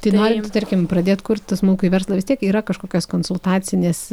tai norint tarkim pradėt kurti smulkų verslą vis tiek yra kažkokios konsultacinės